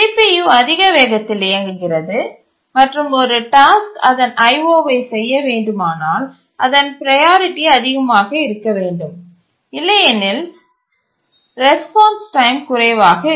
CPU அதிக வேகத்தில் இயங்குகிறது மற்றும் ஒரு டாஸ்க் அதன் IOஐ செய்ய வேண்டுமானால் அதன் ப்ரையாரிட்டி அதிகமாக இருக்க வேண்டும் இல்லையெனில் ரெஸ்பான்ஸ் டைம் குறைவாக இருக்கும்